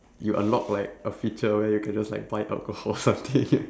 you unlock like a feature where you can just like buy alcohol something